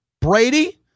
Brady